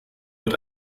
wird